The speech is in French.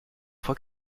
fois